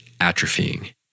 atrophying